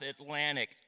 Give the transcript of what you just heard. Atlantic